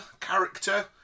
character